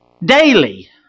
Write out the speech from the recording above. daily